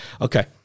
Okay